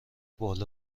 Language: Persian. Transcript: بال